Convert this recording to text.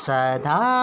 Sada